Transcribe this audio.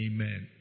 Amen